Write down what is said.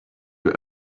will